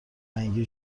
رنگی